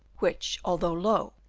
which, although low,